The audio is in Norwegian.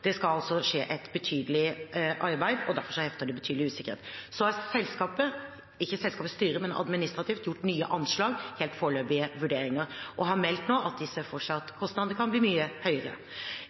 det skal skje et betydelig arbeid og derfor hefter det betydelig usikkerhet. Så har selskapet, ikke selskapets styre, men administrativt, gjort nye anslag – helt foreløpige vurderinger – og har nå meldt at de ser for seg at kostnadene kan bli mye høyere.